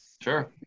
Sure